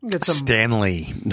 Stanley